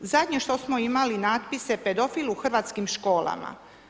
Zadnje što smo imali natpise pedofil u hrvatskim školama.